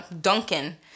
Duncan